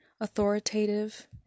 authoritative